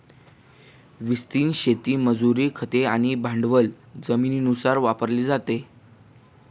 विस्तीर्ण शेतीत मजुरी, खते आणि भांडवल जमिनीनुसार वापरले जाते